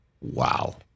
wow